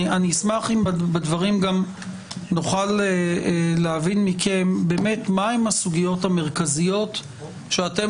אשמח אם בדברים גם נוכל להבין מכם מהן הסוגיות המרכזיות שאתם